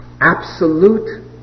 absolute